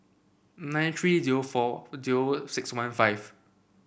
nine three zero four zero six one five